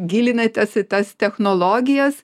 gilinatės į tas technologijas